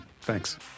Thanks